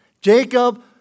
Jacob